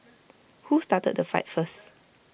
who started the fight first